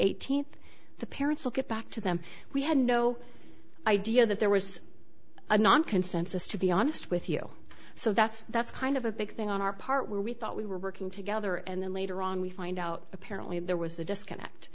eighteenth the parents will get back to them we had no idea that there was a non consensus to be honest with you so that's that's kind of a big thing on our part where we thought we were working together and then later on we find out apparently there was a disconnect